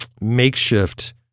makeshift